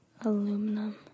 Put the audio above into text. aluminum